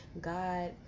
god